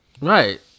Right